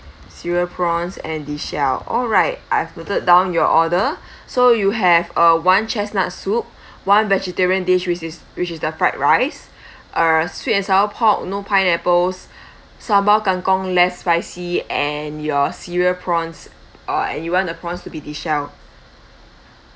cereal prawns and deshelled alright I've noted down your order so you have uh one chestnut soup one vegetarian dish which is which is the fried rice err sweet and sour pork no pineapples sambal kangkong less spicy and your cereal prawns uh and you want the prawns to be deshelled